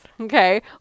okay